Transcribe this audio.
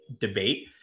debate